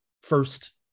first